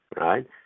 right